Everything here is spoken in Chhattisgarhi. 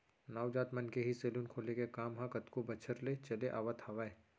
नाऊ जात मन के ही सेलून खोले के काम ह कतको बछर ले चले आवत हावय